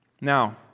Now